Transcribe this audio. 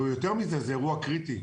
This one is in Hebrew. ויותר מזה, זה אירוע קריטי.